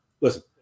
listen